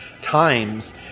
times